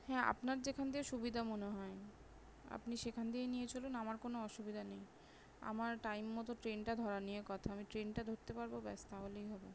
হ্যাঁ আপনার যেখান দিয়ে সুবিধা মনে হয় আপনি সেখান দিয়ে নিয়ে চলুন আমার কোনো অসুবিধা নেই আমার টাইম মতো ট্রেনটা ধরা নিয়ে কথা আমি ট্রেনটা ধরতে পারবো ব্যস তাহলেই হবে